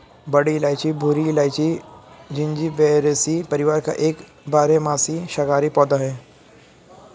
बड़ी इलायची भूरी इलायची, जिंजिबेरेसी परिवार का एक बारहमासी शाकाहारी पौधा है